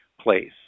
place